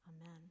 Amen